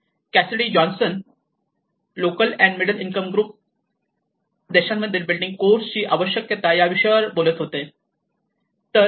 Cassidy Johnson local and middle income group देशांमधील building कोर्सची आवश्यकता या विषयावर बोलत होते